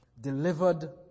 delivered